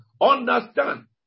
Understand